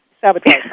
sabotage